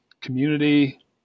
community